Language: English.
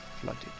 flooded